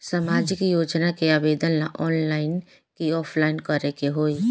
सामाजिक योजना के आवेदन ला ऑनलाइन कि ऑफलाइन करे के होई?